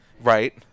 Right